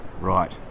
Right